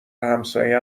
همساین